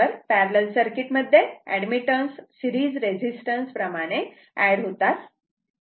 तर parallel circuit मध्ये admittance series resistance series resistance प्रमाणे एड होतात